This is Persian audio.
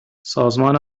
سازمان